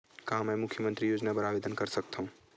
का मैं मुख्यमंतरी योजना बर आवेदन कर सकथव?